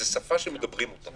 זו שפה שמדברים אותה